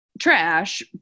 trash